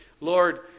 Lord